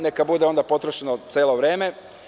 Neka bude onda potrošeno celo vreme.